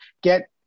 get